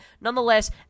Nonetheless